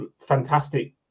fantastic